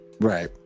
right